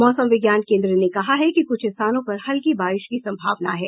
मौसम विज्ञान केन्द्र ने कहा है कि कुछ स्थानों पर हल्की बारिश की संभावना है